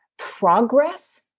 progress